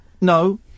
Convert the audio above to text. No